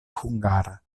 hungara